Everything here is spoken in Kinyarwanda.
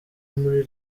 muri